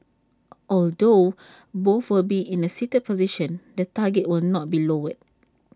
although both will be in A seated position the target will not be lowered